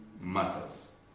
matters